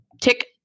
Tick